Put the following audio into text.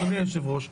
אדוני היושב-ראש,